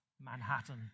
Manhattan